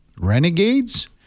Renegades